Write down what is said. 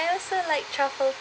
I also like truffle